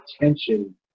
attention